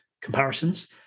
comparisons